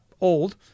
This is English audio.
old